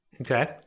okay